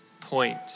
point